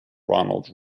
ronald